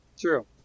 True